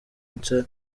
nsa